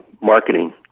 marketing